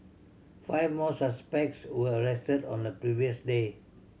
five more suspects were arrested on the previous day